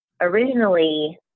Originally